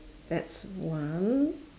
that's one